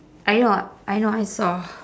I know I know I saw